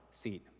seat